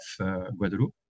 Guadeloupe